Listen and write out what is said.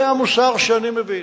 זה המוסר שאני מבין.